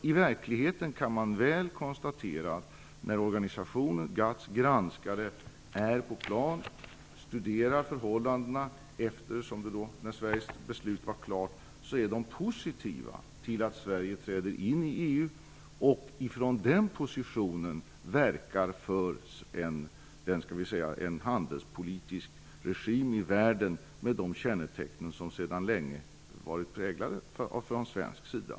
I verkligheten kan man alltså konstatera att när GATT:s granskare är på plan och studerar förhållandena när Sveriges beslut var klart är de positiva till att Sverige träder in i EU och verkar från den positionen för en handelspolitisk regim i världen med de kännetecken som svensk handelspolitik sedan länge haft.